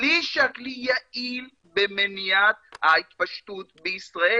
בלי שהכלי יעיל במניעת ההתפשטות בישראל,